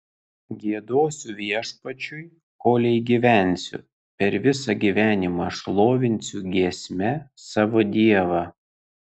giedosiu viešpačiui kolei gyvensiu per visą gyvenimą šlovinsiu giesme savo dievą